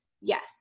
Yes